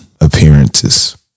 appearances